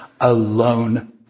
Alone